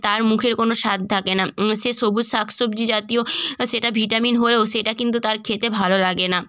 তার মুখের কোনো স্বাদ থাকে না সে সবুজ শাক সবজি জাতীয় সেটা ভিটামিন হয়েও সেটা কিন্তু তার খেতে ভালো লাগে না